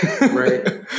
right